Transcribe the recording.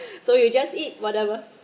so you just eat whatever